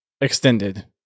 extended